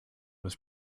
was